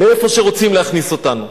לאיפה שרוצים להכניס אותנו.